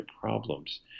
problems